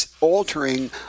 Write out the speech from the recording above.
altering